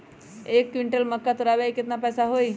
एक क्विंटल मक्का तुरावे के केतना पैसा होई?